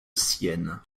sienne